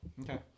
Okay